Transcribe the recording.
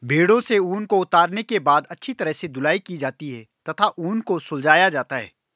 भेड़ों से ऊन को उतारने के बाद अच्छी तरह से धुलाई की जाती है तथा ऊन को सुलझाया जाता है